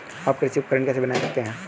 आप कृषि उपकरण कैसे बनाए रखते हैं?